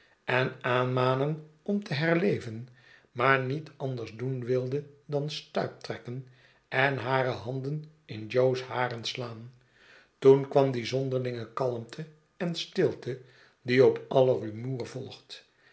en aanmanen om te herleven maar niet anders doen wilde dan stuiptrekken en hare handen in jo's haren slaan toen kwam die zonderlinge kalmte en stilte die op alle rumoer volgt